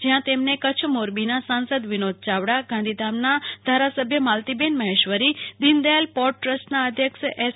જયાં તેમને કચ્છ મોરબી સાસંદ વિનોદ યાવડા ગાંધીધામના ધારાસભ્ય માલતીબેન મહેશ્વરી દીન દયાલ પોર્ટ ટ્રસ્ટના અધ્યક્ષ એસ